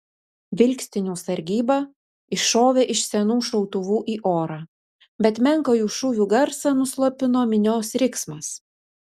vilkstinių sargyba iššovė iš senų šautuvų į orą bet menką jų šūvių garsą nuslopino minios riksmas